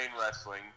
wrestling